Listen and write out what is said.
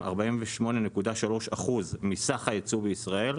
48.3% מסך הייצוא בישראל.